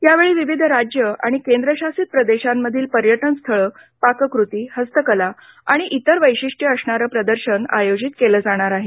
यावेळी विविध राज्ये आणि केंद्रशासित प्रदेशांमधील पर्यटन स्थळे पाककृती हस्तकला आणि इतर वैशिष्ट्य असणार प्रदर्शन आयोजित केलं जाणार आहे